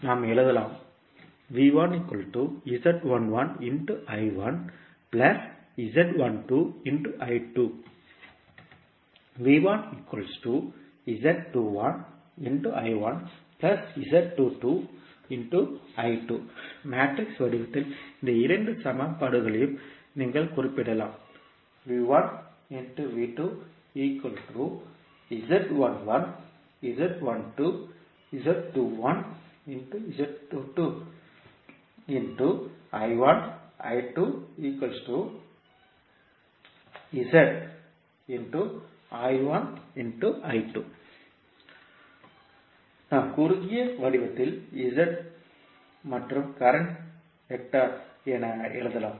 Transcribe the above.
நாம் எழுதலாம் மேட்ரிக்ஸ் வடிவத்தில் இந்த இரண்டு சமன்பாடுகளையும் நீங்கள் குறிப்பிடலாம் நாம் குறுகிய வடிவத்தில் மற்றும் கரண்ட் வெக்டர் என எழுதலாம்